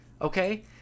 Okay